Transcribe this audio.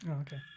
Okay